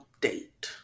date